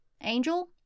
Angel